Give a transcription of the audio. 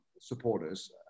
supporters